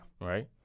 Right